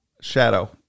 shadow